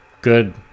good